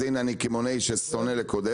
אז הנה אני אומר לך ממקום של קמעונאי ששונא לקודד,